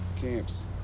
camps